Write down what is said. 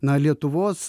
na lietuvos